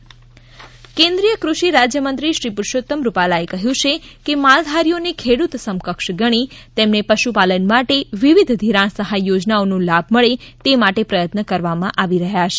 પુરુષોત્તમ રૂપાલા કેન્દ્રિય કૃષિ રાજ્યમંત્રી શ્રી પુરૂષોત્તમ રૂપાલાએ કહ્યું છે કે માલધારીઓને ખેડૂત સમકક્ષ ગણી તેમને પશુપાલન માટે વિવિધ ઘિરાણ સહાય યોજનાઓનો લાભ મળે તે માટે પ્રયત્ન કરવામાં આવી રહ્યાં છે